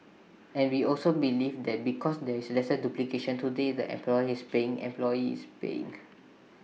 and we also believe that because there is lesser duplication today the employee is paying employee is paying